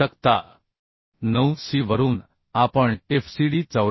आता तक्ता 9 सी वरून आपण FCD 94